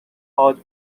coach